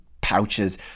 pouches